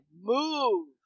move